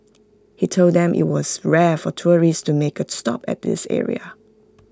he told them IT was rare for tourists to make A stop at this area